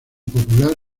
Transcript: popular